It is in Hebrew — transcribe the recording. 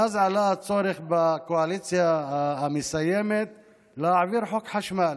ואז עלה הצורך בקואליציה המסיימת להעביר חוק חשמל.